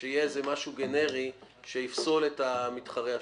שיהיה משהו גנרי שיפסול את המתחרה השלישי.